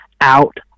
out